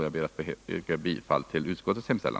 Jag ber att få yrka bifall till utskottets hemställan.